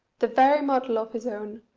the very model of his own,